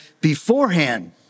beforehand